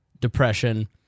depression